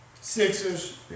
Sixers